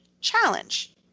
Challenge